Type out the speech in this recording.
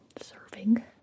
serving